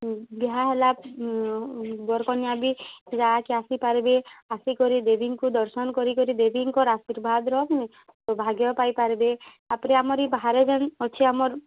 ବିହାହେଲା ବର୍କନ୍ୟା ବି ଇ ଜାଗାକେ ଆସିପାର୍ବେ ଆସିକରି ଦେବୀଙ୍କୁ ଦର୍ଶନ୍ କରି କରି ଦେବୀଙ୍କର୍ ଆଶୀର୍ବାଦ୍ର ସୌଭାଗ୍ୟ ପାଇପାର୍ବେ ତା' ପରେ ଆମର୍ ଇ ବାହାରେ ଯେନ୍ ଅଛେ ଆମର୍